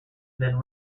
then